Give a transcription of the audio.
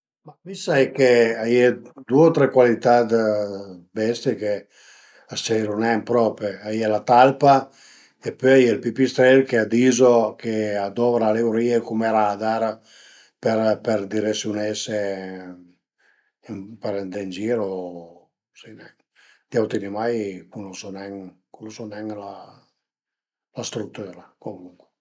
Mi sai ch'a ie due o tre cualità dë bestie ch'a s-ciairu nen prope, a ie la talpa e pöi ël pipistrel ch'a dizo che a dovra le urìe cume radar për për diresiunese për andé ën gir o sai nen, d'auti animai cunosu nen, cunose nen la strütüra, comuncue